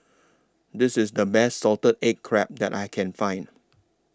This IS The Best Salted Egg Crab that I Can Find